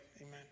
Amen